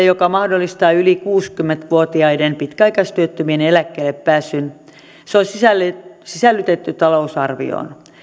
joka mahdollistaa yli kuusikymmentä vuotiaiden pitkäaikaistyöttömien eläkkeellepääsyn se on sisällytetty talousarvioon